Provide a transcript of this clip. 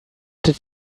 did